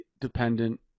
dependent